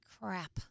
crap